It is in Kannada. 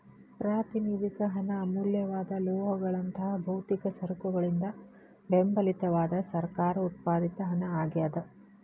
ಪ್ರಾತಿನಿಧಿಕ ಹಣ ಅಮೂಲ್ಯವಾದ ಲೋಹಗಳಂತಹ ಭೌತಿಕ ಸರಕುಗಳಿಂದ ಬೆಂಬಲಿತವಾದ ಸರ್ಕಾರ ಉತ್ಪಾದಿತ ಹಣ ಆಗ್ಯಾದ